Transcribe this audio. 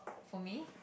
for me